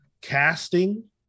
casting